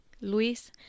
Luis